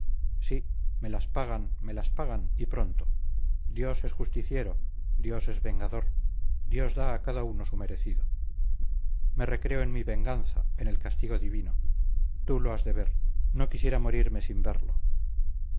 sí me las pagan me las pagan y pronto dios es justiciero dios es vengador dios da a cada uno su merecido me recreo en mi venganza en el castigo divino tú lo has de ver no quisiera morirme sin verlo